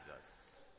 Jesus